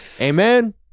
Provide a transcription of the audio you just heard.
Amen